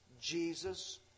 Jesus